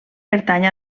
pertany